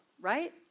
right